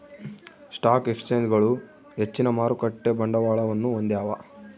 stock ಎಕ್ಸ್ಚೇಂಜ್ಗಳು ಹೆಚ್ಚಿನ ಮಾರುಕಟ್ಟೆ ಬಂಡವಾಳವನ್ನು ಹೊಂದ್ಯಾವ